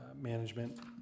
management